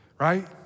right